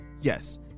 Yes